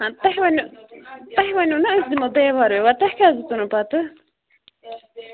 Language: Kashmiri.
آ تُہۍ ؤنِو تُہۍ ؤنِو نا أسۍ دِمو دیوار ویوار تۄہہِ کیٛازِ دِژٕنو پَتہٕ